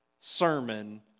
sermon